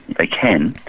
they can,